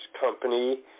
company